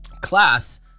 class